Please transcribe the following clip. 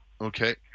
Okay